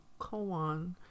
koan